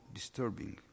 disturbing